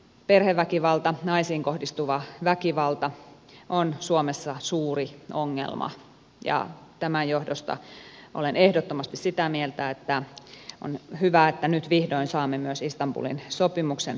perheväkivalta naisiin kohdistuva väkivalta on suomessa suuri ongelma ja tämän johdosta olen ehdottomasti sitä mieltä että on hyvä että nyt vihdoin saamme myös istanbulin sopimuksen ratifiointivaiheeseen